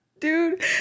Dude